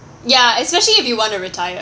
ya especially if you want to retire